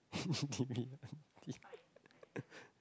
H_D_B aunty